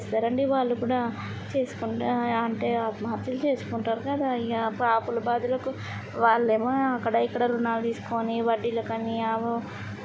ఏం చేస్తారండీ వాళ్ళు కూడా చేసుకుంటే అంటే ఆత్మహత్య చేసుకుంటారు కదా అయ్యా అప్పుల బాధలకు వాళ్ళేమో అక్కడా ఇక్కడా ఋణాలు తీసుకొని వడ్డీలకని